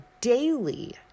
daily